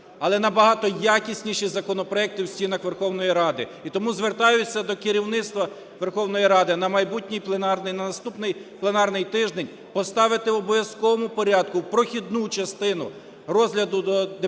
але набагато якісніші законопроекти в стінах Верховної Ради. І тому звертаюся до керівництва Верховної Ради, на майбутній пленарний, на наступний пленарний тиждень поставити в обов'язковому порядку в прохідну частину розгляду депутатів